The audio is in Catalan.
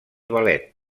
ballet